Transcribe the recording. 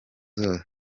zose